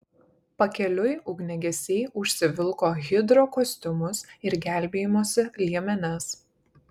pakeliui ugniagesiai užsivilko hidrokostiumus ir gelbėjimosi liemenes